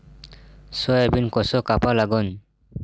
Soybean कस कापा लागन?